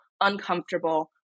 uncomfortable